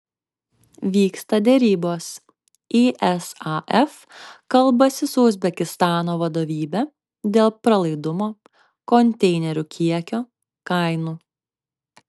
vyksta derybos isaf kalbasi su uzbekistano vadovybe dėl pralaidumo konteinerių kiekio kainų